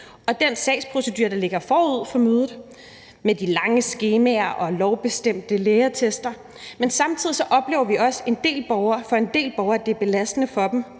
den sagsprocedure, der ligger forud for mødet, med de lange skemaer og lovbestemte lægeattester, men samtidig oplever vi også, at det for en del borgere er belastende at være